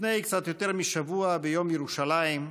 לפני קצת יותר משבוע, ביום ירושלים,